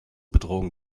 bedrohung